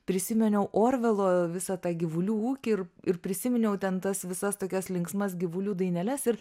prisiminiau orvelo visą tą gyvulių ūkį ir ir prisiminiau ten tas visas tokias linksmas gyvulių daineles ir